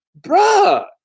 bruh